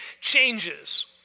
changes